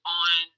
on